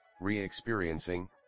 re-experiencing